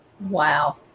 Wow